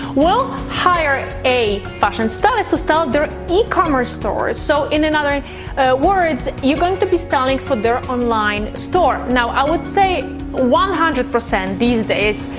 will hire a fashion stylist to so style their ecommerce stores. so in and other words, you're going to be styling for their online store. now i would say one hundred percent these days,